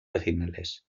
vecinales